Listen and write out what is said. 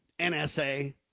NSA